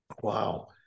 wow